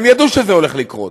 הם ידעו שזה הולך לקרות,